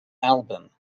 album